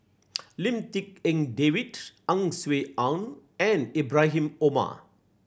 Lim Tik En David Ang Swee Aun and Ibrahim Omar